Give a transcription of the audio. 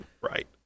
Right